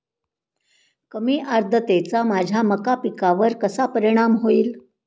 कमी आर्द्रतेचा माझ्या मका पिकावर कसा परिणाम होईल?